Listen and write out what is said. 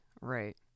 right